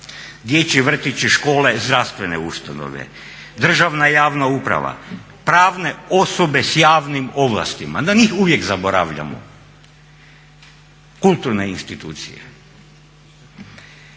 dječji vrtići, škole, zdravstvene ustanove, državna i javna uprava, pravne osobe s javnim ovlastima, na njih uvijek zaboravljamo, kulturne institucije.